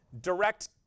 direct